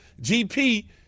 GP